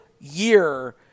year